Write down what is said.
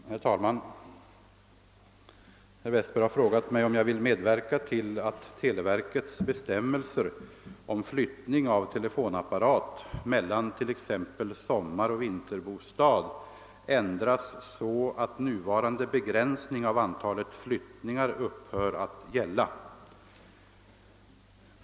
Herr talman! Herr Westberg i Ljusdal har frågat mig, om jag vill medverka till att televerkets bestämmelser om flyttning av telefonapparat mellan t.ex. sommaroch vinterbostad ändras så, att nuvarande begränsning av antalet flyttningar upphör att gälla.